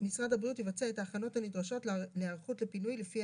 משרד הבריאות יבצע את ההכנות הנדרשות להיערכות לפינוי לפי